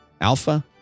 Alpha